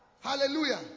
Hallelujah